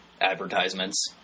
advertisements